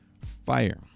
fire